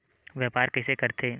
व्यापार कइसे करथे?